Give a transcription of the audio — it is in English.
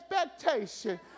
expectation